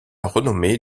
renommée